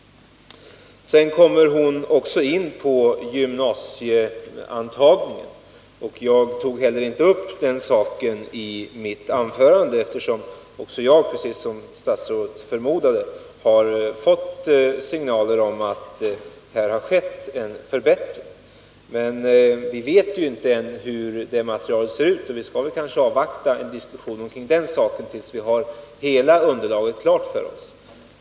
Vidare kommer statsrådet också in på gymnasieintagningen. Jag tog inte upp den saken i mitt anförande, eftersom också jag — som statsrådet så riktigt förmodade — har fått signaler om att här har skett en förbättring. Men vi vet ännu inte hur det materialet ser ut. Vi bör väl avvakta med en diskussion tills vi har hela underlaget klart för oss.